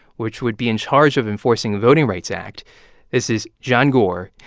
which would be in charge of enforcing the voting rights act this is john gore.